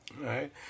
right